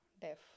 Deaf